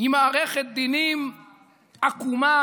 עם מערכת דינים עקומה,